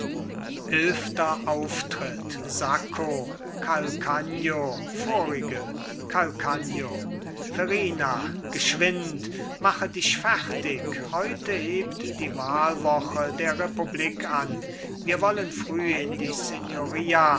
eilfter auftritt sacco calcagno vorige calcagno verrina geschwind mache dich fertig heute hebt die wahlwoche der republik an wir wollen früh in die